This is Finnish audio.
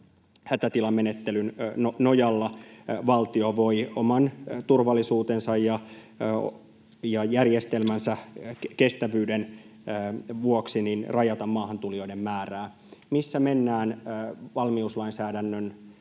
hätätilamenettelyn nojalla valtio voi oman turvallisuutensa ja järjestelmänsä kestävyyden vuoksi rajata maahantulijoiden määrää. Missä mennään valmiuslainsäädännön